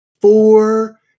four